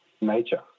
nature